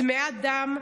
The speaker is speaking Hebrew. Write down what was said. צמאת דם,